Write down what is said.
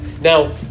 Now